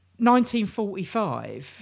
1945